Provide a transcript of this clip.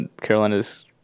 Carolina's